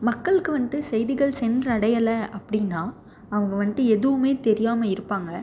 மக்களுக்கு வந்துட்டு செய்திகள் சென்று அடையலை அப்படின்னா அவங்க வந்துட்டு எதுவும் தெரியாமல் இருப்பாங்க